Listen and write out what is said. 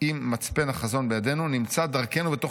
עם מצפן החזון בידינו נמצא דרכנו בתוך